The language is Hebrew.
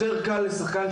יותר קל לשחקן,